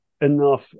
enough